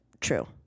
true